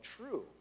true